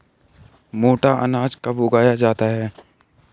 मोटा अनाज कब उगाया जाता है?